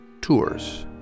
Tours